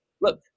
look